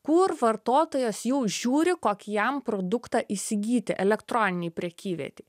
kur vartotojas jau žiūri kokį jam produktą įsigyti elektroninėj prekyvietėj